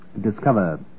Discover